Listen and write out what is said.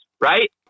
Right